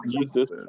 Jesus